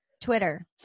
Twitter